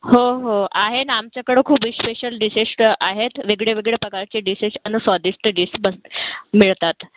हो हो आहे ना आमच्याकडं खूप स्पेशल डिशेष्ट आहेत वेगळे वेगळे प्रकारचे डिशेश आणि स्वादिष्ट डिश बनतात मिळतात